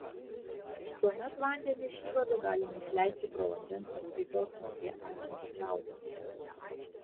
tuomet vandenį iš įvado galima išleisti pro vandens apskaitos mazge esantį čiaupą